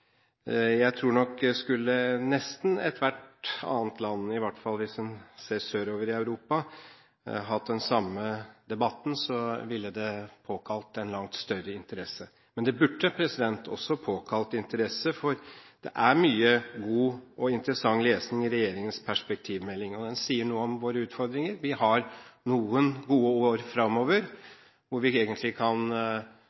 Jeg tror nok at dersom nesten ethvert annet land – i hvert fall hvis en ser sørover i Europa – hadde hatt den samme debatten, ville det påkalt en langt større interesse. Men det burde også ha påkalt interesse, for det er mye god og interessant lesning i regjeringens perspektivmelding. Den sier noe om våre utfordringer. Vi har noen gode år